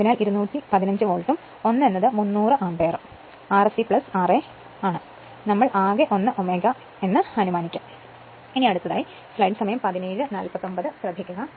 അതിനാൽ 15 1 അതിനാൽ 215 വോൾട്ടും 1 എന്നത് 300 ആംപിയറും Rse ra ഉം ആണ് നമ്മൾ ആകെ 1 Ω Ω ആണെന്ന് അനുമാനിക്കാം